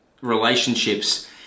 relationships